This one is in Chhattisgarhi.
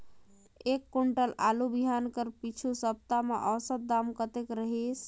एक कुंटल आलू बिहान कर पिछू सप्ता म औसत दाम कतेक रहिस?